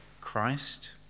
Christ